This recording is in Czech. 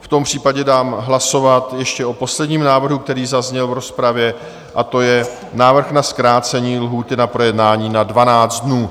V tom případě dám hlasovat ještě o posledním návrhu, který zazněl v rozpravě, a to je návrh na zkrácení lhůty na projednání na 12 dnů.